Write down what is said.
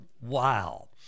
Wow